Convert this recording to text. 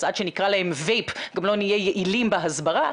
אז עד שנקרא להם וייפ גם לא נהיה יעילים בהסברה,